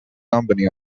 company